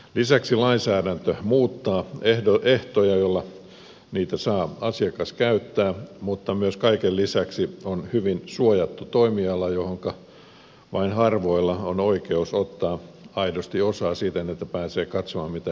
lisäksi lainsäädäntö muuttaa ehtoja joilla niitä saa asiakas käyttää mutta myös kaiken lisäksi kyseessä on hyvin suojattu toimiala johonka vain harvoilla on oikeus ottaa aidosti osaa siten että pääsee katsomaan mitä järjestelmä tuottaa